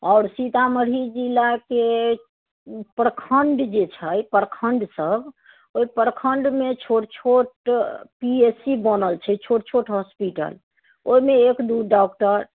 आओर सीतामढ़ी जिलाके ओ प्रखण्ड जे छै प्रखण्ड सभ ओहि प्रखण्डमे छोट छोट पी एस ई बनल छै छोट छोट हॉस्पिटल ओहिमे एक दू डॉक्टर